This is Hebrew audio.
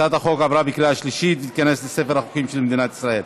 הצעת החוק עברה בקריאה שלישית ותיכנס לספר החוקים של מדינת ישראל.